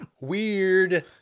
Weird